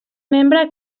membre